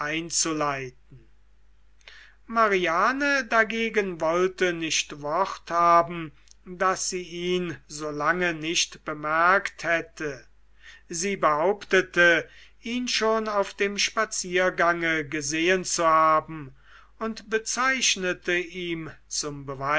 einzuleiten mariane dagegen wollte nicht wort haben daß sie ihn so lange nicht bemerkt hätte sie behauptete ihn schon auf dem spaziergange gesehen zu haben und bezeichnete ihm zum